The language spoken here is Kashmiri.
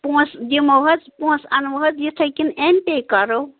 پۄنسہٕ دِمو حَظ پۄنسہٕ أنوٕ حَظ یتھے کِنہٕ ایم پے کرو